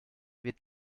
wird